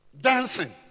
Dancing